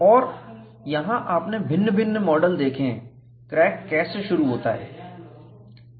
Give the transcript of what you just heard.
और यहां आपने भिन्न भिन्न मॉडल देखे हैं क्रैक कैसे शुरू होता है